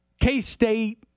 K-State